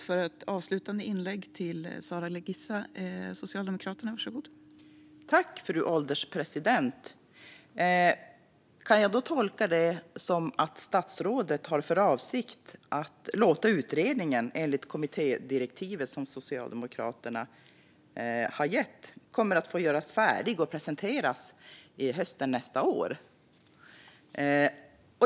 Fru ålderspresident! Kan jag tolka det som att statsrådet har för avsikt att låta utredningen, enligt det kommittédirektiv som Socialdemokraterna har gett, göras färdig och presenteras i höst nästa år?